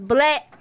Black